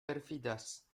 perfidas